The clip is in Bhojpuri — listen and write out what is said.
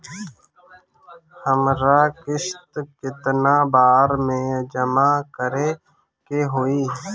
हमरा किस्त केतना बार में जमा करे के होई?